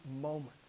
moments